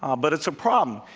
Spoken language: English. um but it's a problem.